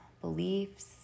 beliefs